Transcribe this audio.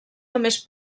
només